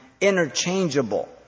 interchangeable